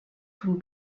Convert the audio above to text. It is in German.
von